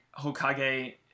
Hokage